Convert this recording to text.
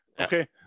Okay